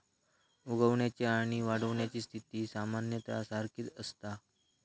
उगवण्याची आणि वाढण्याची स्थिती सामान्यतः सारखीच असता